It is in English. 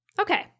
Okay